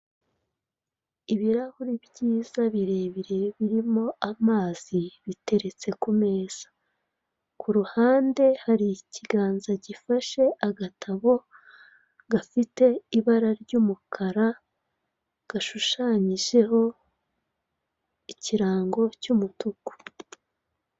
Ibirahuri byiza birebire birimo amazi biteretse ku meza; ku ruhande hari ikiganza gifashe agatabo gafite ibara ry'umukara, gashushanyijeho ikirango cy'umutuku.